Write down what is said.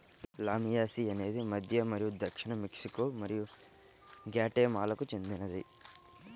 లామియాసి అనేది మధ్య మరియు దక్షిణ మెక్సికో మరియు గ్వాటెమాలాకు చెందినది